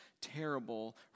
terrible